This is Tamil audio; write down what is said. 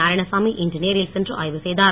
நாராயணசாமி இன்று நேரில் சென்று ஆய்வு செய்தார்